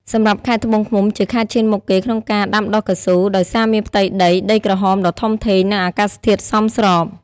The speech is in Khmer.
សម្រាប់ខេត្តត្បូងឃ្មុំ ជាខេត្តឈានមុខគេក្នុងការដាំដុះកៅស៊ូ ដោយសារមានផ្ទៃដីដីក្រហមដ៏ធំធេង និងអាកាសធាតុសមស្រប។